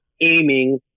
aiming